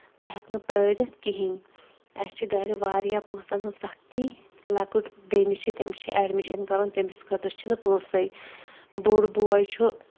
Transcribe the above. بہٕ ہیٚکہٕ نہٕ پرٲرِتھ کِہیںی اَسہِ چھُ گرِ واریاہ پونٛسَن ہنز سَختی لۄکُٹ بیٚنہِ چھِ تٔمِس چھُ ایڈمِشن کَرُن تٔمِس خٲطرٕ چھِ نہٕ پونٛسَے بوٚڑ بوے چھُ